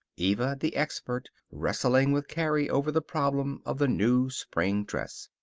eva, the expert, wrestling with carrie over the problem of the new spring dress.